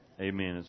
amen